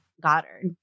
Goddard